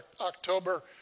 October